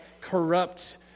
corrupt